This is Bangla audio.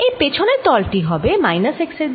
এই পেছনের তল টি হবে মাইনাস x এর দিকে